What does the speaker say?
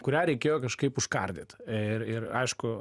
kurią reikėjo kažkaip užkardyt ir ir aišku